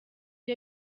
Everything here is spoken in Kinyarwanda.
iyo